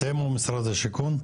אתם או משרד השיכון?